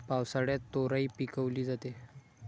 पावसाळ्यात तोराई पिकवली जाते